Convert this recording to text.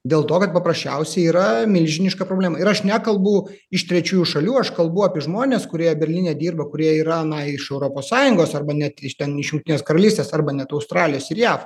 dėl to kad paprasčiausiai yra milžiniška problema ir aš nekalbu iš trečiųjų šalių aš kalbu apie žmones kurie berlyne dirba kurie yra na iš europos sąjungos arba net iš ten iš jungtinės karalystės arba net australijos ir jav